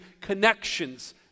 connections